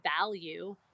value